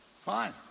Fine